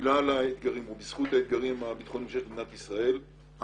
בגלל האתגרים או בזכות האתגרים הביטחוניים שיש למדינת ישראל האנשים